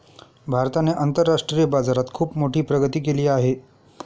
भारताने आंतरराष्ट्रीय बाजारात खुप मोठी प्रगती केली आहे